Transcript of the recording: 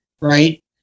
right